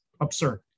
absurd